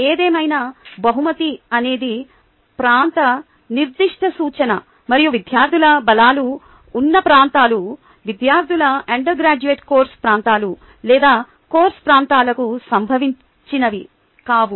ఏదేమైనా బహుమతి అనేది ప్రాంత నిర్దిష్ట సూచన మరియు విద్యార్థుల బలాలు ఉన్న ప్రాంతాలు విద్యార్థుల అండర్గ్రాడ్యుయేట్ కోర్ కోర్సు ప్రాంతాలు లేదా కోర్సు ప్రాంతాలకు సంబంధించినవి కావు